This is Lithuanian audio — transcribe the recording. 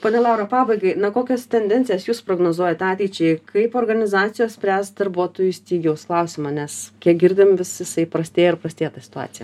ponia laura pabaigai na kokias tendencijas jūs prognozuojat ateičiai kaip organizacijos spręs darbuotojų stygiaus klausimą nes kiek girdim vis jisai prastėja ir prastėja ta situacija